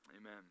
amen